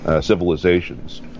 civilizations